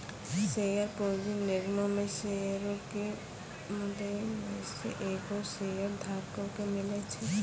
share पूंजी निगमो मे शेयरो के मुद्दइ मे से एगो शेयरधारको के मिले छै